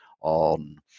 on